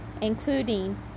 including